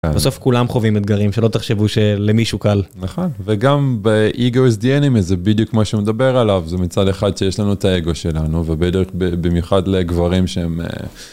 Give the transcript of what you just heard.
בסוף כולם חווים אתגרים. שלא תחשבו שלמישהו קל. נכון. וגם ב Ego is the Enemy זה בדיוק מה שהוא מדבר עליו. זה מצד אחד שיש לנו את האגו שלנו ובמיוחד לגברים שהם